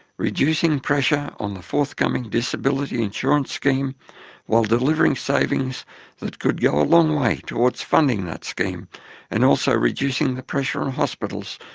reducing pressure on the forthcoming disability insurance scheme while delivering savings that could go a long way towards funding that scheme and also reducing the pressure on hospitals,